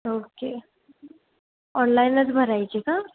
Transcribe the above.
okay ऑनलाईनच भरायची का